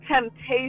temptation